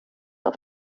auf